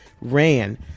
ran